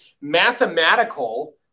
mathematical